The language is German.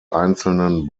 einzelnen